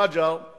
רג'ר היא